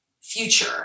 future